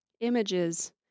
images